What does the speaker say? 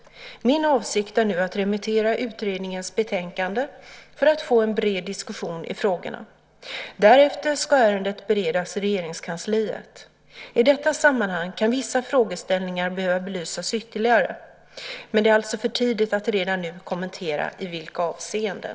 Min avsikt är nu att remittera utredningens betänkande för att få en bred diskussion i frågorna. Därefter ska ärendet beredas i Regeringskansliet. I detta sammanhang kan vissa frågeställningar behöva belysas ytterligare, men det är alltså för tidigt att redan nu kommentera i vilka avseenden.